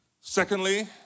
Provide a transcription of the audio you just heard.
Secondly